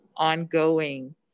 ongoing